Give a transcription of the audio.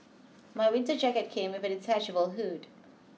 my winter jacket came with a detachable hood